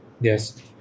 Yes